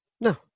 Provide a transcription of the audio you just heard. No